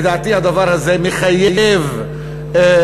לדעתי, הדבר הזה מחייב תיקון.